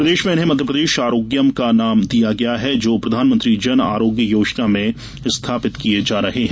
प्रदेश में इन्हें मध्यप्रदेश आरोग्यम का नाम दिया गया है जो प्रधानमंत्री जन आरोग्य योजना में स्थापित किये जा रहे है